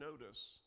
notice